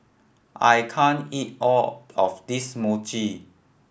I can't eat all of this Mochi